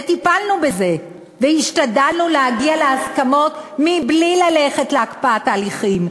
וטיפלנו בזה והשתדלנו להגיע להסכמות מבלי ללכת להקפאת ההליכים,